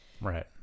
Right